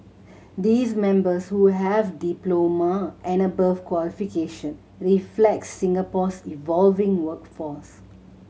these members who have diploma and above qualification reflect Singapore's evolving workforce